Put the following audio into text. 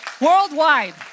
worldwide